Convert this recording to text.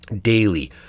Daily